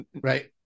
Right